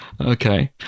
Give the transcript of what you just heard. Okay